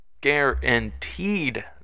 Guaranteed